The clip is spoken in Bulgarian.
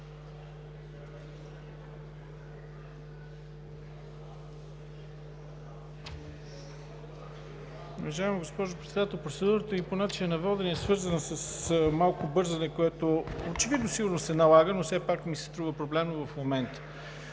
Уважаема госпожо Председател! Процедурата ми по начина на водене е свързана с малко бързане, което очевидно сигурно се налага, но все пак ми се струва проблемно в момента.